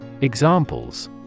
Examples